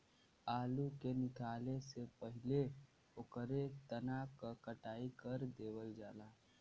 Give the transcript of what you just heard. आलू के निकाले से पहिले ओकरे तना क कटाई कर देवल जाला